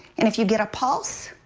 if you get a pulse,